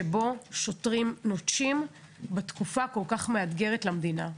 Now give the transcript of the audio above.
שבו שוטרים נוטשים בתקופה כל כך מאתגרת למדינה.